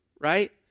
Right